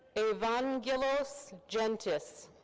evangelos gentis.